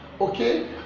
Okay